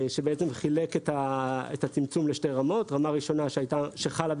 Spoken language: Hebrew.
שחילק את הצמצום לשתי רמות: רמה ראשונה שחלה ב-22,